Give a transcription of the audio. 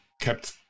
kept